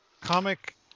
comic